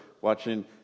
watching